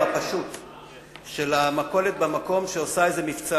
הפשוט של המכולת במקום שעושה איזה מבצע,